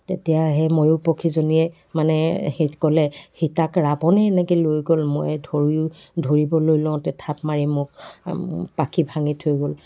তেতিয়া সেই ময়ুৰ পক্ষীজনীয়ে মানে ক'লে সীতাক ৰাৱণে এনেকৈ লৈ গ'ল মই ধৰিও ধৰিবলৈ লওঁতে থাপ মাৰি মোক পাখি ভাঙি থৈ গ'ল